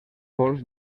fonts